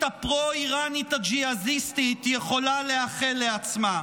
הפרו-איראנית הג'יהאדיסטית יכולה לאחל לעצמה.